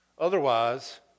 Otherwise